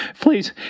please